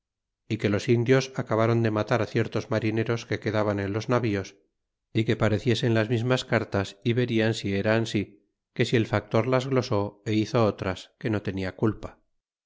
y que los indios acabron de matar ciertos marineros que quedaban en los navíos y que pareciesen las mismas cartas y verian si era ansí que si el factor las glosé e hizo otras que no tenia culpa